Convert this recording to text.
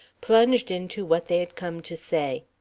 plunged into what they had come to say.